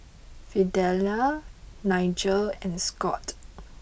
Fidelia Nigel and Scott